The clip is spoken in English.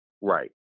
right